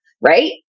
right